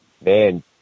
man